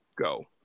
Go